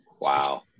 Wow